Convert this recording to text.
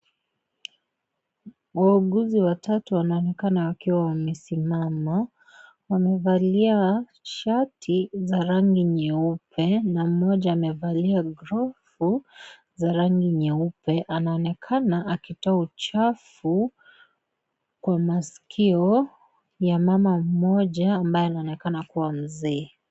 Wauguzi watatu wanaonekana wakiwa wamesimama wamevalia shati za rangi nyeupe na mmoja amevalia glovu za rangi nyeupe anaonekana akitoa uchafu kwa maskio ya mama mmoja ambaye anaonekana kuwa mzee.